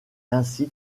ainsi